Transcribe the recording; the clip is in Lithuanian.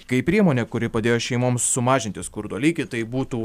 kaip priemonė kuri padėjo šeimoms sumažinti skurdo lygį tai būtų